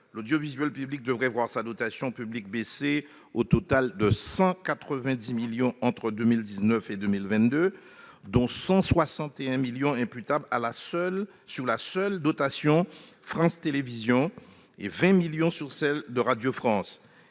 l'audiovisuel public devrait voir sa dotation publique baisser au total de 190 millions d'euros entre 2019 et 2022, dont 161 millions seront imputables sur la seule dotation de France Télévisions et 20 millions sur celle de Radio France.